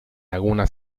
laguna